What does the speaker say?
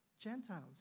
Gentiles